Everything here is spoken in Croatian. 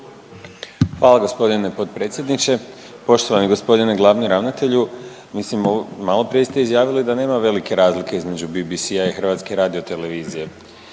Hvala g. potpredsjedniče. Poštovani g. glavni ravnatelju. Mislim, maloprije ste izjavili da nema velike razlike između BBC-a i HRT-a. Mislim,